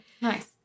nice